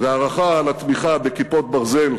והערכה על התמיכה ב"כיפת ברזל",